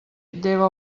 lleva